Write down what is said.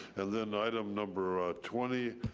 and then item number ah twenty,